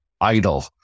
idle